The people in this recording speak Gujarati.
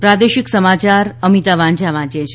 પ્રાદેશિક સમાચાર અમિતા વાંઝા વાંચે છે